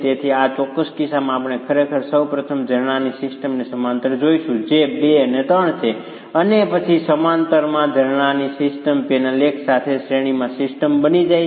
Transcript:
તેથી આ ચોક્કસ કિસ્સામાં આપણે ખરેખર સૌપ્રથમ ઝરણાની સિસ્ટમને સમાંતરમાં જોઈશું જે 2 અને 3 છે અને પછી સમાંતરમાં ઝરણાની સિસ્ટમ પેનલ 1 સાથે શ્રેણીમાં સિસ્ટમ બની જાય છે